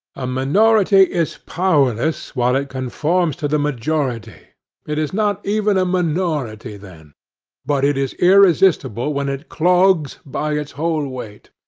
a minority is powerless while it conforms to the majority it is not even a minority then but it is irresistible when it clogs by its whole weight.